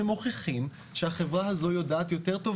שמוכיחים שהחברה הזו יודעת יותר טוב